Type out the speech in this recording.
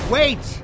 wait